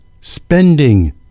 spending